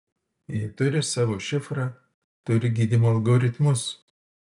ji turi savo šifrą turi gydymo algoritmus